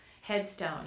headstone